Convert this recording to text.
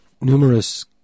Numerous